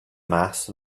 mass